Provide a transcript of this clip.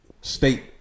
state